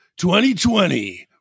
2020